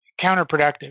counterproductive